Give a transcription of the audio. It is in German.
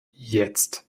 jetzt